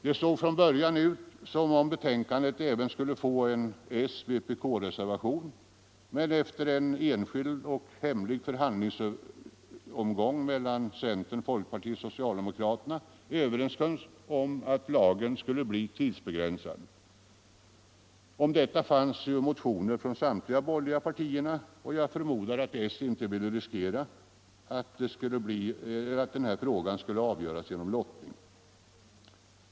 Det såg från början ut som om betänkandet även skulle få en s-vpk-reservation, men efter en enskild och hemlig förhandlingsomgång mellan centerpartiet, folkpartiet och socialdemokraterna överenskoms att lagen skulle bli tidsbegränsad. Om detta fanns motioner från samtliga de borgerliga partierna, och jag förmodar att socialdemokraterna inte ville riskera att denna fråga skulle avgöras genom lottning.